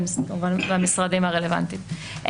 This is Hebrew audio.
וכמובן שגם המשרדים הרלוונטיים.